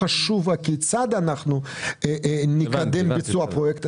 חשוב כיצד אנחנו נקדם את ביצוע הפרויקט,